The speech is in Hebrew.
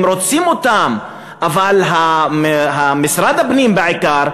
הם רוצים אותם אבל משרד הפנים בעיקר,